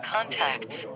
Contacts